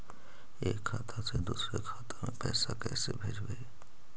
एक खाता से दुसर के खाता में पैसा कैसे भेजबइ?